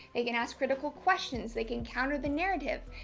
they can ask critical questions. they can counter the narrative,